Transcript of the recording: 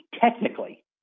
technically